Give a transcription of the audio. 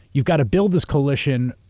you've got to build this coalition,